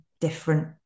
different